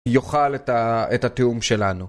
יוכל את התיאום שלנו.